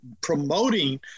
promoting